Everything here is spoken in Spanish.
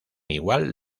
igual